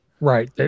Right